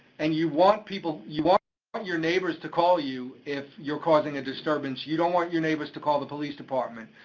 and you want people, you want want your neighbors to call you if you're causing a disturbance. you don't want your neighbors to call the police department.